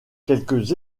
quelques